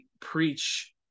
preach